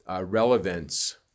relevance